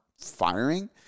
firing